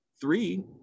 three